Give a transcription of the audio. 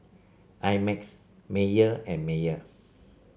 I Max Mayer and Mayer